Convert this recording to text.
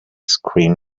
screen